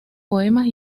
poemas